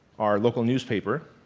our local newspaper,